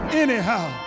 anyhow